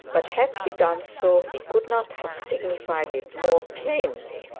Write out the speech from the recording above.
but had he done so, he could not have signified it more plainly.